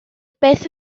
beth